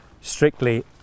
strictly